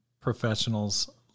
professionals